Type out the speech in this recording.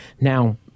Now